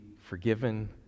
forgiven